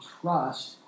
trust